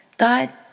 God